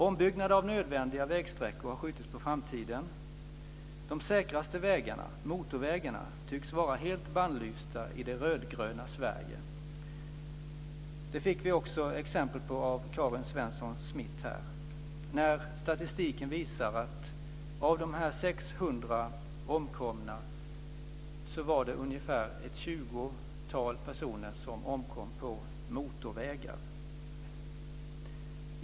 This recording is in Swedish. Ombyggnader av nödvändiga vägsträckor har skjutits på framtiden. De säkraste vägarna, motorvägarna, tycks vara helt bannlysta i det rödgröna Sverige. Det fick vi också exempel på av Karin Svensson Smith. Statistiken visar att av de 600 omkomna var det ett 20-tal som omkom på motorvägar.